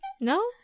No